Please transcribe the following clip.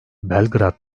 belgrad